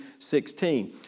16